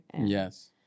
yes